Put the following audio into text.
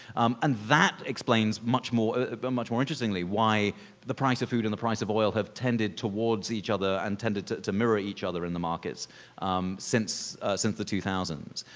um and that explains much more but much more interestingly why the price of food and the price of oil have tended towards each other and tended to to mirror each other in the markets since since the two thousand